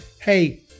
hey